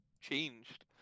changed